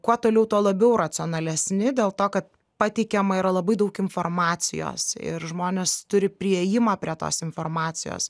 kuo toliau tuo labiau racionalesni dėl to kad pateikiama yra labai daug informacijos ir žmonės turi priėjimą prie tos informacijos